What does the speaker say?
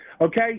okay